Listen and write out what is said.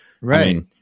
right